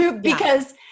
because-